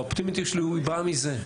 האופטימיות שלי באה מזה.